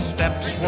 Steps